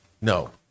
no